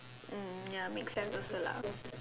mm ya make sense also lah